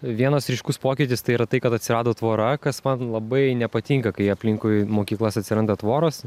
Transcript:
vienas ryškus pokytis tai yra tai kad atsirado tvora kas man labai nepatinka kai aplinkui mokyklas atsiranda tvoros